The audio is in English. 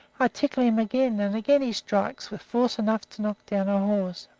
i tickle him again, and again he strikes, with force enough to knock down a horse.